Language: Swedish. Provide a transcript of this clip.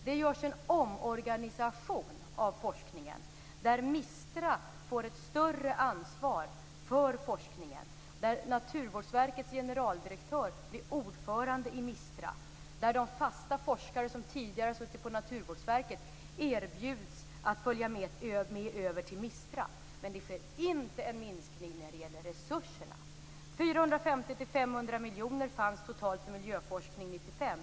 Det görs en omorganisation av forskningen, och MISTRA får ett större ansvar för den. Naturvårdsverkets generaldirektör blir ordförande i MISTRA, och de fasta forskare som tidigare har suttit på Naturvårdsverket erbjuds att följa med över till MISTRA. Men det sker inte en minskning när det gäller resurserna. 450-500 miljoner fanns totalt för miljöforskning 1995.